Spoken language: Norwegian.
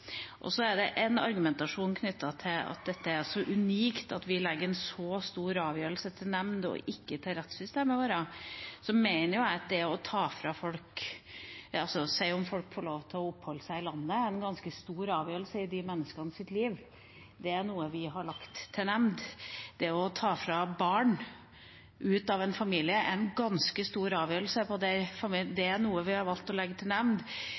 Så er det en argumentasjon knyttet til at det er så unikt at vi legger en så stor avgjørelse til nemnd og ikke til rettssystemet vårt. Jeg mener at det å si om folk får lov til å oppholde seg i landet, er en ganske stor avgjørelse i disse menneskenes liv. Det er noe vi har lagt til nemnd. Det å ta barn ut av en familie er en ganske stor avgjørelse, det er noe vi har valgt å legge til